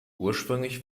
ursprünglich